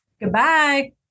Goodbye